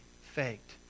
faked